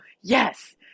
yes